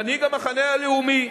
מנהיג המחנה הלאומי.